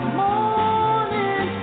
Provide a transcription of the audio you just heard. morning